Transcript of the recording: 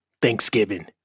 Thanksgiving